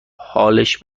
حالش